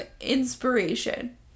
inspiration